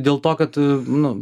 dėl to kad nu